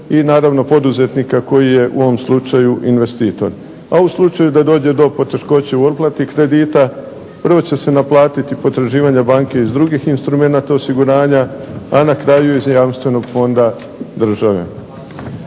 i naravno poduzetnika koji je u ovom slučaju investitor. A u slučaju da dođe do poteškoća u otplati kredita prvo će se naplatiti potraživanja banke iz drugih instrumenata osiguranja, a na kraju iz Jamstvenog fonda države.